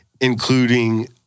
including